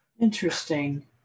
interesting